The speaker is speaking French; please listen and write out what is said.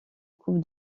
coupe